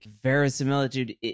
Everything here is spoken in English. verisimilitude